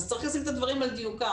אז צריך לשים את הדברים על דיוקם.